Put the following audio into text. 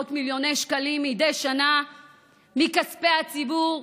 עשרות מיליוני שקלים מדי שנה מכספי הציבור,